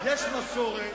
יש מסורת,